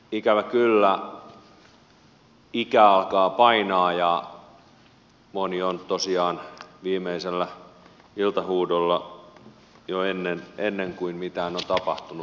ikävä kyllä ikä alkaa painaa ja moni on tosiaan viimeisellä iltahuudolla jo ennen kuin mitään on tapahtunut